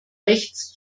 rechts